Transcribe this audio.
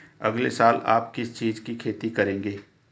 अगले साल आप किस चीज की खेती करेंगे?